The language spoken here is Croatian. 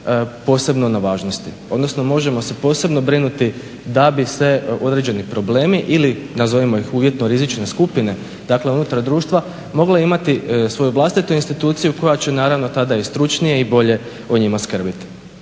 posebno na važnosti, odnosno možemo se posebno brinuti da bi se određeni problemi ili nazovimo ih uvjetno rizične skupine unutar društva mogle imati svoju vlastitu instituciju koja će naravno tada i stručnije i bolje o njima skrbiti.